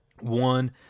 One